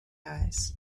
eyes